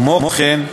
כמו כן,